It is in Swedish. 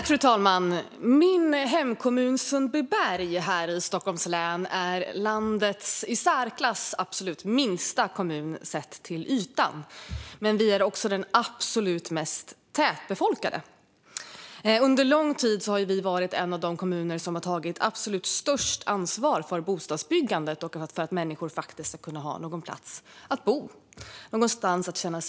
Fru talman! Min hemkommun Sundbyberg här i Stockholms län är landets i särklass minsta kommun sett till ytan, men det är också den mest tätbefolkade kommunen. Under lång tid har Sundbybergs kommun varit en av de kommuner som har tagit absolut störst ansvar för bostadsbyggandet och för att människor faktiskt ska kunna ha någonstans att bo och känna sig trygga.